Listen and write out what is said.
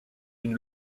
une